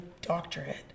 doctorate